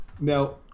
Now